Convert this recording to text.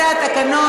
זה התקנון.